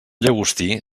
llagostí